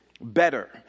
better